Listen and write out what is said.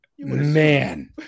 Man